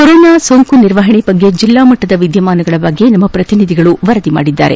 corona ನಿರ್ವಹಣೆ ಬಗ್ಗೆ ಜಿಲ್ಲಾಮಟ್ಟದ ವಿದ್ಯಮಾನಗಳ ಬಗ್ಗೆ ನಮ್ಮ ಪ್ರತಿನಿಧಿಗಳು ವರದಿ ಮಾಡಿದ್ದಾರೆ